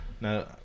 no